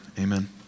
amen